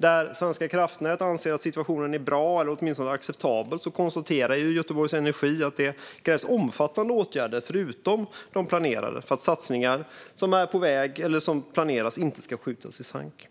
Där Svenska kraftnät anser att situation är bra eller åtminstone acceptabel konstaterar Göteborg Energi att det krävs omfattande åtgärder, förutom de planerade, för att satsningar som är på väg eller planeras inte ska skjutas i sank.